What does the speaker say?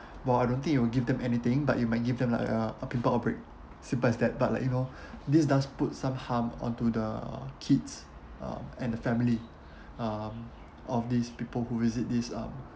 while I don't think you will give them anything but you might give them like uh a pimple outbreak simple as that but like you know this does put some harm onto the kids uh and the family um of these people who visit this um